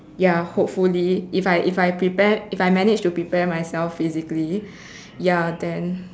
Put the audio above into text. ya hopefully if I if I prepare if I manage to prepare myself physically ya then